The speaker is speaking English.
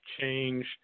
change